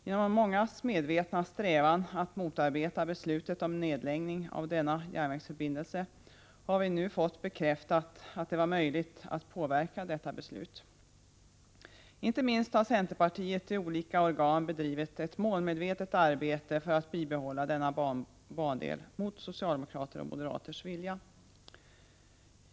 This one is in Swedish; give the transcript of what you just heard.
Genom mångas medvetna strävan att motarbeta beslutet om nedläggning av denna järnvägsförbindelse har vi nu fått bekräftat att det var möjligt att påverka detta beslut. Inte minst har centerpartiet i olika organ bedrivit ett målmedvetet arbete för att bibehålla denna bandel mot socialdemokraternas och moderaternas vilja.